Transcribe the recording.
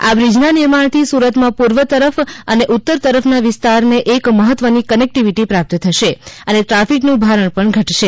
આ બ્રીજના નિર્માણથી સુરત માં પૂર્વ તરફ અને ઉત્તર તરફના વિસ્તારને એક મહત્વની કનેકટીવીટી પ્રાપ્ત થશે અને દ્રાફિકનું ભારણ પણ ઘટશે